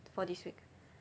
for this week